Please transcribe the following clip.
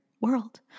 world